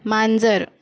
मांजर